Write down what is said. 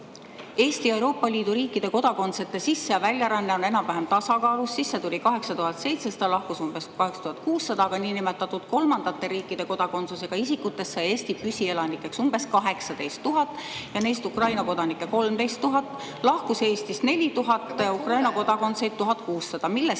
Eestis on Euroopa Liidu riikide kodakondsete sisse- ja väljaränne enam-vähem tasakaalus: sisse tuli 8700, lahkus umbes 8600, aga niinimetatud kolmandate riikide kodakondsusega isikutest sai Eesti püsielanikeks umbes 18 000 ja neist Ukraina kodanikke 13 000, lahkus Eestist 4000, Ukraina kodakondseid 1600, millest